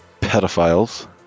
pedophiles